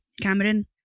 Cameron